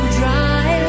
dry